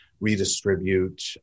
redistribute